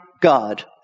God